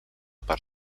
per